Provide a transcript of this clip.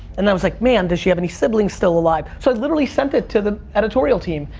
and i was like, man, does she have any siblings still alive? so i literally sent it to the editorial team,